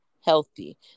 healthy